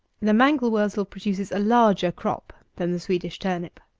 the mangel wurzel produces a larger crop than the swedish turnip.